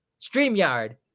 StreamYard